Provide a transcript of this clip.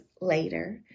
later